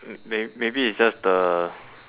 uh maybe maybe it's just the